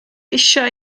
eisiau